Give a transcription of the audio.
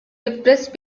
depressed